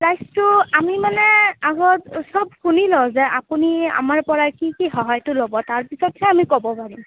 প্ৰাইচতো আমি মানে আগত সব শুনি লওঁ যে আপুনি আমাৰ পৰা কি কি সহায়টো ল'ব তাৰপিছতহে আমি ক'ব পাৰিম